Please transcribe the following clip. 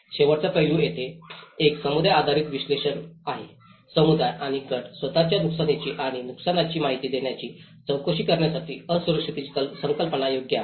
शेवटचा पैलू येथे एक समुदाय आधारित विश्लेषण आहे समुदाय आणि गट स्वत च्या नुकसानीची आणि नुकसानाची माहिती देण्याची चौकशी करण्यासाठी असुरक्षिततेची संकल्पना योग्य आहेत